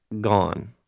gone